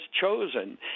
chosen